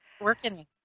working